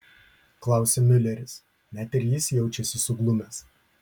klausia miuleris net ir jis jaučiasi suglumęs